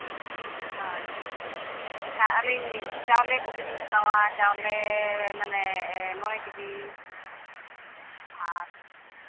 ᱦᱳᱭ ᱮᱱᱠᱷᱟᱱ ᱟᱹᱞᱤᱧ ᱪᱟᱣᱞᱮ ᱠᱚᱜᱮ ᱞᱤᱧ ᱦᱟᱛᱟᱣᱟ ᱪᱟᱣᱞᱮ ᱢᱟᱱᱮ ᱱᱚᱭ ᱠᱮᱡᱤ ᱟᱨ